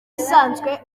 usanzwe